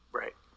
right